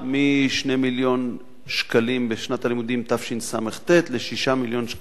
מ-2 מיליון שקלים בשנת הלימודים תשס"ט ל-6 מיליון שקלים